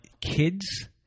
kids